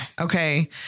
Okay